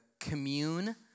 commune